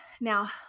Now